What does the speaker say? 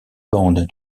bande